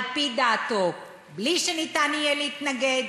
על-פי דעתו, בלי שניתן יהיה להתנגד,